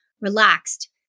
relaxed